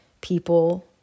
people